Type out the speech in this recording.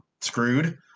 screwed